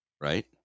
right